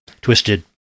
twisted